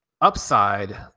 upside